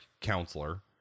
counselor